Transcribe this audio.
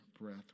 breath